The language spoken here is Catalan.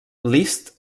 liszt